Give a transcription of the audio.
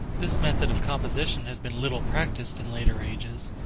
this method of composition has been little practised in later ages,